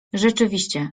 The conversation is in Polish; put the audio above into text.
rzeczywiście